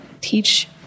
teach